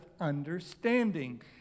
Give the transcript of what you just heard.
understanding